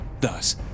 thus